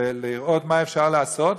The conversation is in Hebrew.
לראות מה אפשר לעשות,